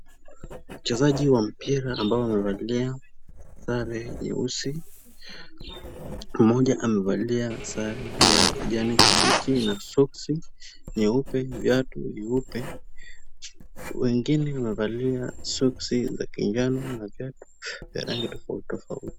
Wachezaji wa mpira ambao wamevalia sare nyeusi. Mmoja amevalia zare ya kijani kibichi na soksi nyeupe viatu vyeupe. Wengine wamevalia soksi za kinjano na viatu vya rangi tofauti tofauti.